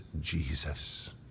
Jesus